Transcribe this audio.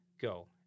Go